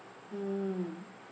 mm